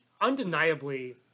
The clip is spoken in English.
Undeniably